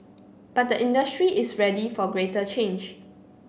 but the industry is ready for greater change